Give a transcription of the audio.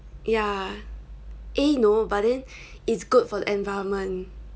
ya eh no but then it's good for the environment